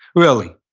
really.